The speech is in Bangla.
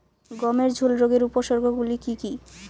গমের ঝুল রোগের উপসর্গগুলি কী কী?